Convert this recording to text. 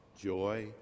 joy